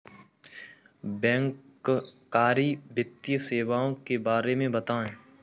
बैंककारी वित्तीय सेवाओं के बारे में बताएँ?